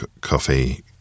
coffee